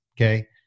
okay